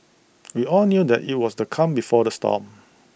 we all knew that IT was the calm before the storm